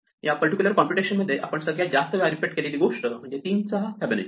या particular computation मध्ये आपण सगळ्यात जास्त वेळा रिपीट केलेली गोष्ट म्हणजे 3 चा फिबोनाची